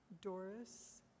Doris